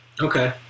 okay